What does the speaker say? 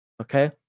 Okay